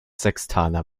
sextaner